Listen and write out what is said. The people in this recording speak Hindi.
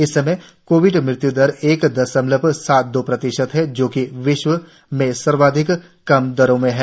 इस समय कोविड मृत्यु दर एक दशमलव सात दो प्रतिशत है जोकि विश्व में सर्वाधिक कम दरों में है